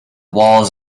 walls